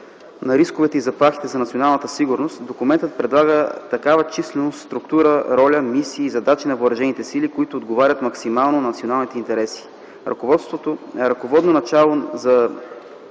на рисковете и заплахите за националната сигурност, документът предлага такава численост, структура, роля, мисии и задачи на въоръжените сили, които отговарят максимално на националните интереси. Ръководно начало за